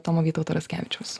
tomo vytauto raskevičiaus